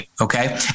Okay